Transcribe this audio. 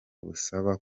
busaba